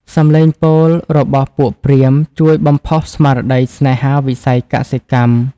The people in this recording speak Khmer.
សំឡេងពោលរបស់ពួកព្រាហ្មណ៍ ជួយបំផុសស្មារតីស្នេហាវិស័យកសិកម្ម។